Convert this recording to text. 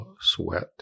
sweat